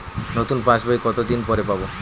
নতুন পাশ বই কত দিন পরে পাবো?